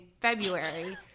February